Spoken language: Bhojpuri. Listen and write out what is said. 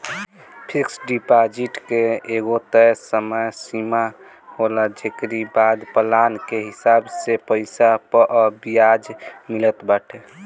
फिक्स डिपाजिट के एगो तय समय सीमा होला जेकरी बाद प्लान के हिसाब से पईसा पअ बियाज मिलत बाटे